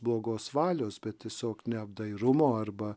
blogos valios bet tiesiog neapdairumo arba